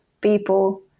people